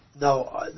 No